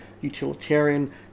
utilitarian